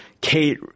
Kate